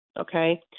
okay